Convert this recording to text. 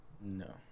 No